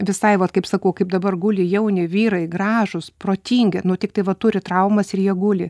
visai vat kaip sakau kaip dabar guli jauni vyrai gražūs protingi nu tiktai va turi traumas ir jie guli